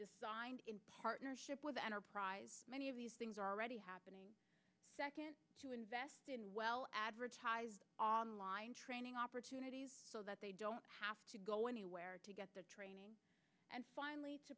decided in partnership with enterprise many of these things are already happening second to invest in well advertised online training opportunities so that they don't have to go anywhere to get the training and finally to